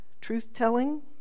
truth-telling